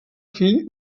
fill